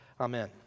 Amen